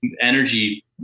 energy